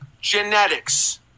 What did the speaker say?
genetics